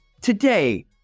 today